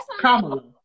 Kamala